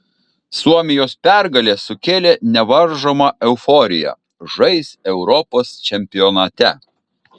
suomijos pergalė sukėlė nevaržomą euforiją žais europos čempionate